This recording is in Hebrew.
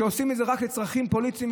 שעושים את זה רק לצרכים פוליטיים,